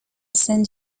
send